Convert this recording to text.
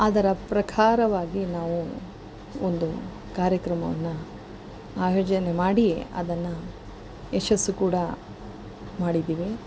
ಅದರ ಪ್ರಕಾರವಾಗಿ ನಾವು ಒಂದು ಕಾರ್ಯಕ್ರಮವನ್ನು ಆಯೋಜನೆ ಮಾಡಿ ಅದನ್ನು ಯಶಸ್ಸು ಕೂಡ ಮಾಡಿದ್ದೀವಿ